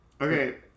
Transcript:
Okay